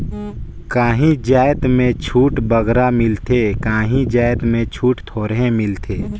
काहीं जाएत में छूट बगरा मिलथे काहीं जाएत में छूट थोरहें मिलथे